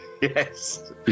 Yes